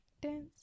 dance